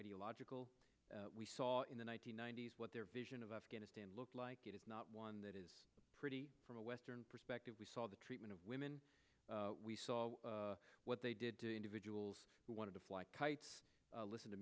ideological we saw in the one nine hundred ninety s what their vision of afghanistan looked like it is not one that is pretty from a western perspective we saw the treatment of women we saw what they did to individuals who wanted to fly kites listen to